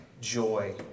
joy